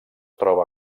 troba